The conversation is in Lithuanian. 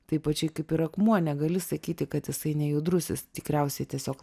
tai pačiai kaip ir akmuo negali sakyti kad jisai nejudrus jis tikriausiai tiesiog